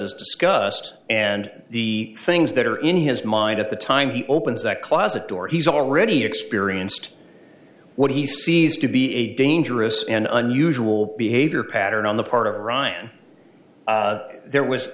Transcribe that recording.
is discussed and the things that are in his mind at the time he opens that closet door he's already experienced what he sees to be a dangerous and unusual behavior pattern on the part of iran there was